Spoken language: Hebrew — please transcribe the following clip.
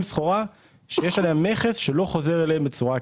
סחורה שיש עליה מכס שלא חוזר אליהם בצורה עקיפה.